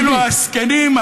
כאילו הזקנים,